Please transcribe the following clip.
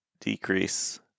decrease